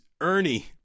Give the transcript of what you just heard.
Ernie